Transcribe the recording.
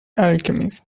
alchemist